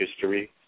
history